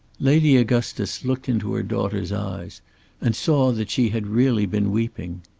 lady augustus looked into her daughter's eyes and saw that she had really been weeping.